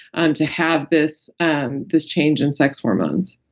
um to have this um this change in sex hormones